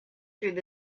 through